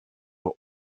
were